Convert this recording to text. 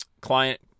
client